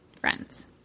friends